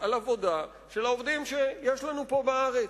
על עבודה של העובדים שיש לנו פה בארץ.